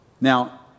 Now